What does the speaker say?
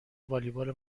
والیبال